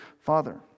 Father